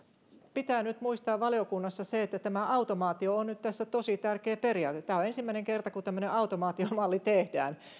pitää valiokunnassa nyt muistaa se että tämä automaatio on tässä nyt tosi tärkeä periaate tämä on ensimmäinen kerta kun tämmöinen automaatiomalli tehdään